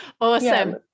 awesome